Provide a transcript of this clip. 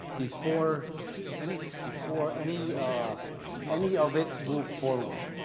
before before any ah any of it moved forward.